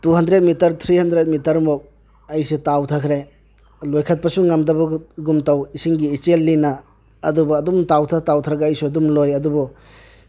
two hundred metre three hundred ꯃꯤꯇꯔꯃꯨꯛ ꯑꯩꯁꯨ ꯇꯥꯎꯊꯈ꯭ꯔꯦ ꯂꯣꯏꯈꯠꯄꯁꯨ ꯉꯝꯗꯕꯒꯨꯝ ꯇꯧ ꯏꯁꯤꯡꯒꯤ ꯏꯆꯦꯜꯅꯤꯅ ꯑꯗꯨꯕꯨ ꯑꯗꯨꯝ ꯇꯥꯎꯊ ꯇꯥꯎꯊꯔꯒ ꯑꯩꯁꯨ ꯑꯗꯨꯝ ꯂꯣꯏ ꯑꯗꯨꯕꯨ